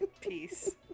Peace